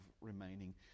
remaining